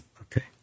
Okay